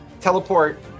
teleport